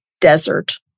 desert